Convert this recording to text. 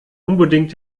unbedingt